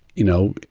you know,